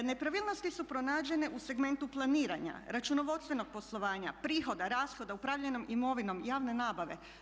Nepravilnosti su pronađene u segmentu planiranja, računovodstvenog poslovanja, prihoda, rashoda, upravljanja imovinom, javne nabave.